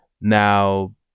now